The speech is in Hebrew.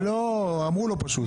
אמרו לו פשוט.